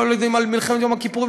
לא יודעים על מלחמת יום הכיפורים,